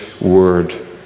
word